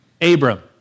Abram